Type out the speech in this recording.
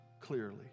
clearly